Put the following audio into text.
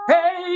Hey